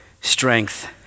strength